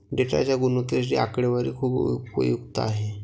डेटाच्या गुणवत्तेसाठी आकडेवारी खूप उपयुक्त आहे